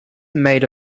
made